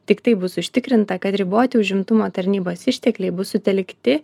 tik taip bus užtikrinta kad riboti užimtumo tarnybos ištekliai bus sutelkti